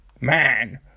Man